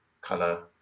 color